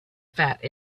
fat